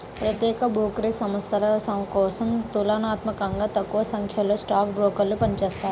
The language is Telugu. ప్రత్యేక బ్రోకరేజ్ సంస్థల కోసం తులనాత్మకంగా తక్కువసంఖ్యలో స్టాక్ బ్రోకర్లు పనిచేత్తారు